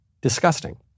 disgusting